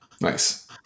Nice